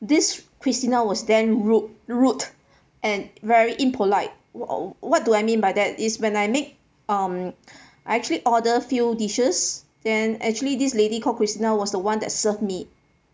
this christina was damn rude rude and very impolite what uh what do I mean by that is when I make um I actually order few dishes then actually this lady called christina was the one that serve me